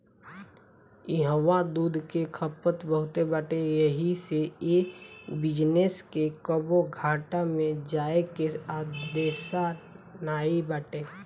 इहवा दूध के खपत बहुते बाटे एही से ए बिजनेस के कबो घाटा में जाए के अंदेशा नाई बाटे